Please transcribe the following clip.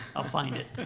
i'll find it.